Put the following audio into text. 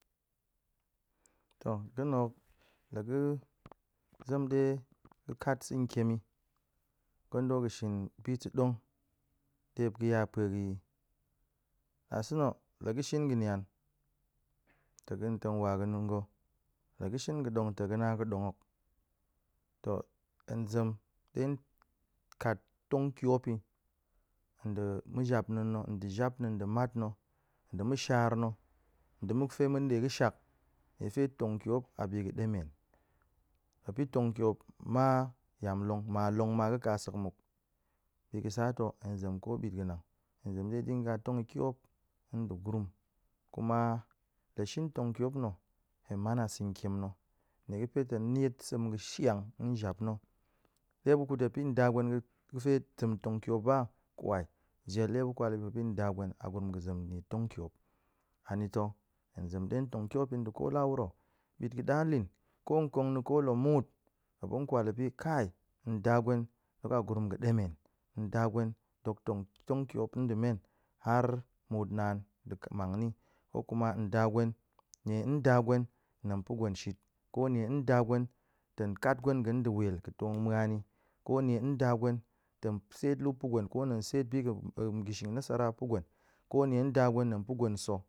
Ga̱n na̱ hok la ga̱ zem ɗe ga̱ kat sa̱ tiem gondo ga̱ shin bi ta̱ dong ɗe muop ga̱ ya pue ga̱ yi ɗa̱se na̱ la ga̱ shin ga̱ nian tong wa ga̱nung ga̱ la shin godong tong ga̱ na godong hok, to hen zem ɗe kat tong tiop yi nɗa̱ ma̱na̱a̱n na̱ nɗa̱ jap na̱ nɗa̱ matna̱, nɗa̱ ma̱shar na̱ nɗa̱ ma̱ ga̱fe mun ɗe ga̱shak niefe tong tiop a bi ga̱ ɗemen muop pi tong tiop ma yam long ma long ma ga̱ kasek muk bi ga̱ sa to hen zem ko bit ga̱nang hen zem ɗe dinga tong yi tiop nɗe gurum, kuma la shin tong tiop na̱ hen man a sa̱ kiem na̱ nie ga̱fe tong niet seem ga̱ shiang na̱ jap na̱, ɗe muop ga̱ kut ga̱fe nɗa ga̱fe zem tong tiop ba, kwai jel ɗe muop ga̱ kwal pe nɗa gwen a̱ g`urum zem nie tong tiop, anita̱ hen zem ɗe tong tiop nɗa̱ kowuro bit ga̱ ɗa lin ko kong na̱ ko la muut muop tong kwal kai nda gwen dok a gurum ga̱ demen nda gwen dok tong tong tiop nɗemen har muut naan ɗe mang ni, ko kuma nda gwen nie nda gwen hen pa̱ gwen shit, ko nie nda gwen tong ƙat gwen ga̱n nɗe wel ga̱ to muan ni, ko nie nda gwen tong seet lu pa̱ gwen ko nie nda gwen hen seet bi ga̱shing nasara pa̱ gwen, ko nie nɗe gwen tong pa̱ gwen sa̱